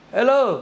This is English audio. Hello